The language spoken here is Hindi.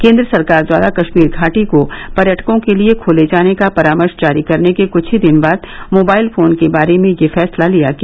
केन्द्र सरकार द्वारा कश्मीर घाटी को पर्यटकों के लिए खोले जाने का परामर्श जारी करने के कुछ ही दिन बाद मोबाइल फोन के बारे में यह फैसला लिया गया